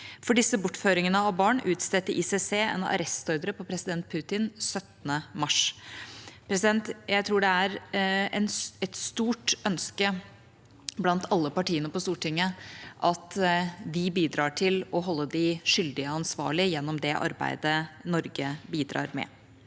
For disse bortføringene av barn utstedte ICC 17. mars en arrestordre på president Putin. Jeg tror det er et stort ønske blant alle partiene på Stortinget om at vi bidrar til å holde de skyldige ansvarlige gjennom det arbeidet Norge bidrar med.